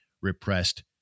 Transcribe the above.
repressed